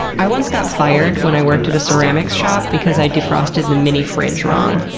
i once got fired when i worked at a ceramics shop because i defrosted the minifridge wrong.